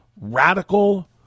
radical